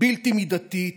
בלתי מידתית